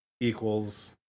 equals